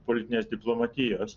politinės diplomatijos